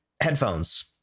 headphones